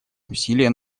усилия